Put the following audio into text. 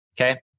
okay